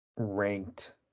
ranked